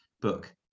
book